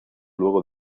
luego